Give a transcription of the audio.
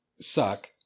suck